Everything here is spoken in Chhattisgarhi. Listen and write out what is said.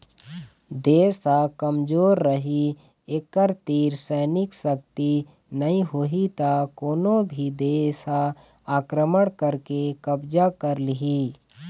देश ह कमजोर रहि एखर तीर सैनिक सक्ति नइ होही त कोनो भी देस ह आक्रमण करके कब्जा कर लिहि